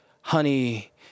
honey